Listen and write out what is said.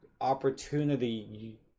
opportunity